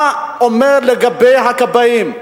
מה זה אומר לגבי הכבאים?